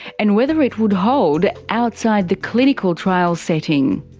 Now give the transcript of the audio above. and whether it would hold outside the clinical trial setting.